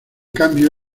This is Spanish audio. cambio